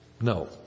No